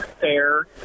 Fair